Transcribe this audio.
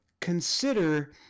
Consider